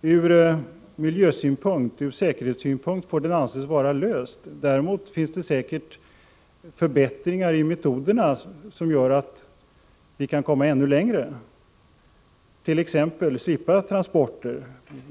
Från miljösynpunkt och ur säkerhetssynpunkt får denna fråga anses vara löst. Däremot kan vi säkert komma längre i fråga om detaljförbättringar av metoderna.